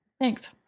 Thanks